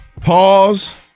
pause